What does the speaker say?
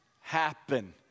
happen